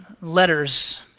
letters